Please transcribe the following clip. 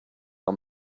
our